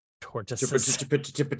tortoises